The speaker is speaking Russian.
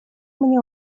мне